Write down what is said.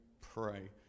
pray